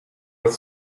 with